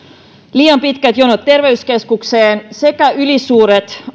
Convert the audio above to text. liian pitkät jonot terveyskeskukseen sekä ylisuuret